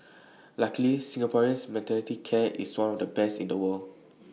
luckily Singapore's maternity care is one of the best in the world